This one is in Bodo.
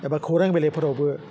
एबा खौरां बिलाइफोरावबो